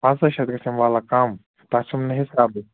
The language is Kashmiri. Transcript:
پانژٕ شَتھ گژھٮ۪م وللہ کَم تَتھ چھُم نہٕ حِسابٕے